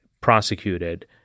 prosecuted